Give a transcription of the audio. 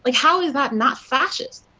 like how is that not fascist.